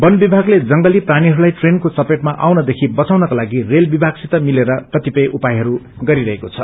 बनविभागले जगली प्राणीहरूलाई ट्रेनको चपेटमा आउनदेखि बचाउनका लागि रेल विभागसित मिलेर क्रतिपय उपायहरू गरीरहेको छ